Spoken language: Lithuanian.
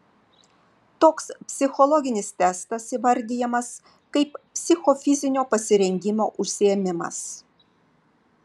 toks psichologinis testas įvardijamas kaip psichofizinio pasirengimo užsiėmimas